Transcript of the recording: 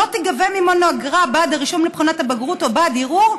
לא תיגבה ממנו אגרה בעד הרישום לבחינת הבגרות או בעד ערעור,